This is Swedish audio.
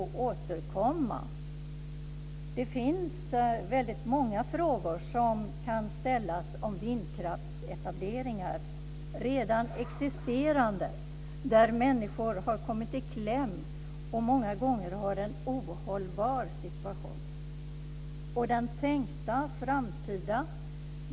Det finns väldigt många frågor som kan ställas om redan existerande vindkraftsetableringar, där människor har kommit i kläm och många gånger har en ohållbar situation, och de tänkta framtida.